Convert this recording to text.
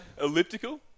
elliptical